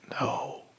No